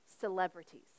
celebrities